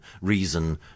reason